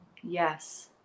yes